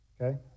okay